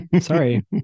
Sorry